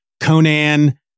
Conan